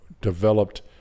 developed